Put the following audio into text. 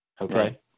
Okay